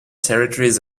territories